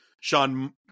Sean